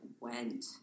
went